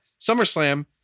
SummerSlam